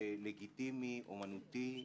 לגיטימי אומנותי.